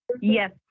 Yes